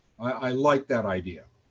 i like that idea.